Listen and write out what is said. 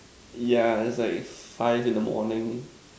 yeah is like five in the morning